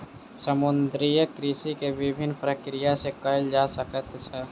समुद्रीय कृषि के विभिन्न प्रक्रिया सॅ कयल जा सकैत छै